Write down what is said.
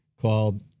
called